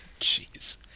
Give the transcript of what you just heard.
Jeez